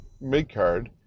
mid-card